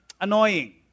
annoying